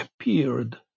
appeared